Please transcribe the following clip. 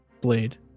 blade